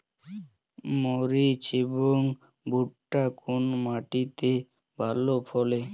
মরিচ এবং ভুট্টা কোন মাটি তে ভালো ফলে?